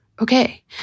Okay